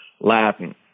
Latin